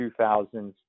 2000s